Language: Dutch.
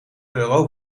euro